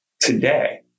Today